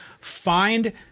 find